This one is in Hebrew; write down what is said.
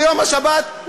ביום השבת,